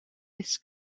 this